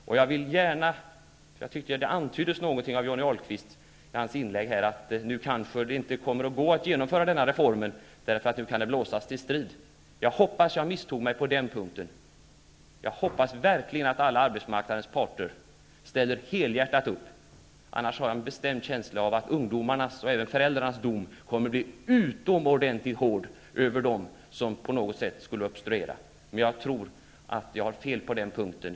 Johnny Ahlqvist antydde i sitt inlägg att det kanske nu inte kommer att gå att genomföra denna reform därför att det kan blåsas till strid. Jag hoppas att jag misstog mig på den punkten. Jag hoppas verkligen att alla arbetsmarknadens parter ställer helhjärtat upp. Jag har en bestämd känsla av att ungdomarnas och även föräldrarnas dom annars kommer att bli utomordentligt hård mot dem som på något sätt skulle obstruera. Men jag tror att jag har fel på den punkten.